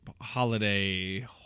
holiday